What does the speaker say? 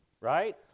right